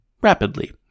rapidly